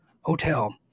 hotel